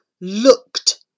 looked